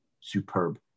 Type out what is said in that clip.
superb